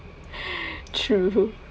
true